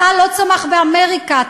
התא לא צמח באמריקה,